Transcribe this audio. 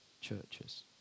churches